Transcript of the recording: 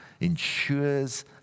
ensures